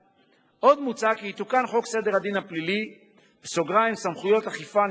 עוד מוצע כי יתוקן חוק סדר הדין הפלילי (סמכויות אכיפה,